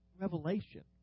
Revelation